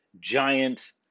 giant